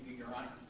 your honor.